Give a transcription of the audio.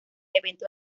eventos